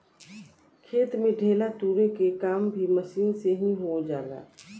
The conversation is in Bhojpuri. खेत में ढेला तुरे के काम भी मशीन से हो जाला